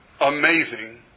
amazing